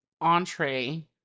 entree